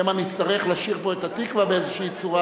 שמא נצטרך לשיר פה את "התקווה" באיזו צורה,